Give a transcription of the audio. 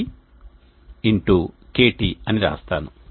KT అని రాస్తాను